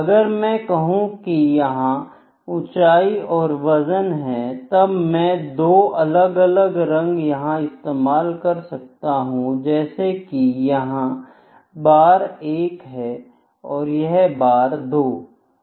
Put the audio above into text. अगर मैं कहूं कि यह ऊंचाई और वजन है तब मैं दो अलग अलग रंग यहां इस्तेमाल कर सकता हूं जैसे कि यह बार एक है और यह बार 2